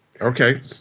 Okay